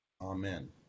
Amen